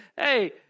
Hey